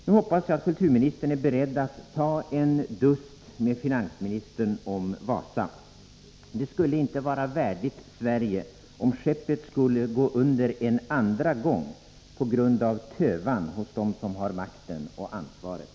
Nu hoppas jag att kulturministern är beredd att ta en dust med finansministern om Wasa. Det skulle inte vara värdigt Sverige, om skeppet skulle gå under en andra gång — på grund av tövan hos dem som har makten och ansvaret.